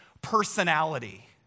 personality